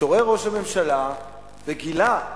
התעורר ראש הממשלה וגילה,